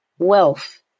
Wealth